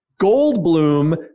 Goldblum